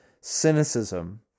cynicism